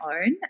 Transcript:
own